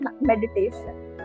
meditation